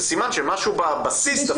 זה סימן שמשהו בבסיס דפוק.